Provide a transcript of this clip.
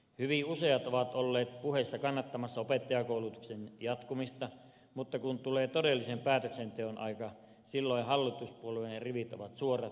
hyvin useat ovat olleet puheissa kannattamassa opettajakoulutuksen jatkumista mutta kun tulee todellisen päätöksenteon aika silloin hallituspuolueen rivit ovat suorat